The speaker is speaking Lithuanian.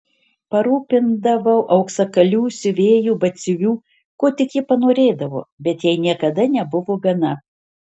parūpindavau auksakalių siuvėjų batsiuvių ko tik ji panorėdavo bet jai niekada nebuvo gana